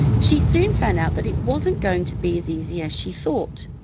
she soon found out that it wasn't going to be as easy as she thought.